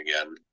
again